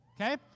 okay